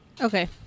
Okay